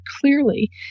clearly